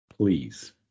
please